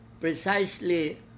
precisely